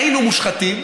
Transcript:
היינו מושחתים,